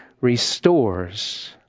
restores